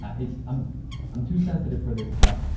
it's i'm i'm too sensitive for this stuff,